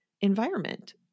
environment